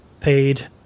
paid